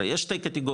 אלא יש שתי קטיגוריות,